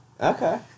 Okay